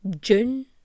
June